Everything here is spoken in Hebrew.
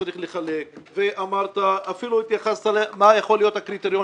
שצריך לחלק ואפילו התייחסת מה יכול להיות הקריטריון,